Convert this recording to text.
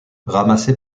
ramassé